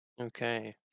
Okay